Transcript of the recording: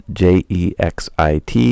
j-e-x-i-t